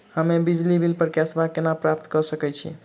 हम्मे बिजली बिल प कैशबैक केना प्राप्त करऽ सकबै?